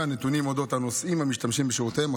על אודות הנוסעים המשתמשים בשירותיהן.